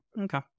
Okay